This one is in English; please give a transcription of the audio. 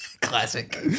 Classic